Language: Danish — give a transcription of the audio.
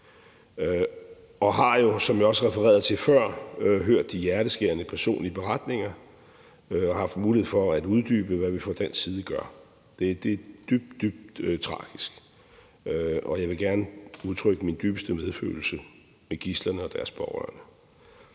jeg har jo, som jeg også refererede til før, hørt de hjerteskærende personlige beretninger og har haft mulighed for at uddybe, hvad vi fra dansk side gør. Det er dybt, dybt tragisk, og jeg vil gerne udtrykke min dybeste medfølelse med gidslerne og deres pårørende.